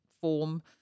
form